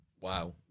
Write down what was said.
Wow